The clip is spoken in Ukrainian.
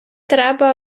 треба